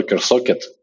socket